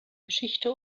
geschichte